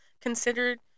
considered